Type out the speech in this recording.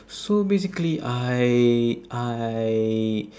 so basically I I